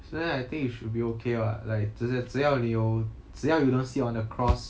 所以 like I think you should be okay what like 只是只要你有只要 you don't sit on the cross